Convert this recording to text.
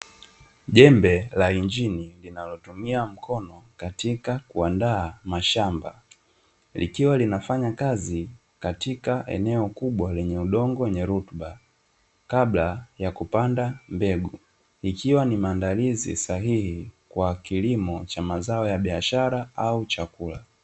Jembe la injini linalotumia mkono katika kuandaa mashamba, likiwa linafanya kazi katika eneo kubwa lenye udongo wenye rutuba kabla ya kupanda mbegu, ikawa ni maandalizi sahihi kwa kilimo cha mazao ya biashara au chakula.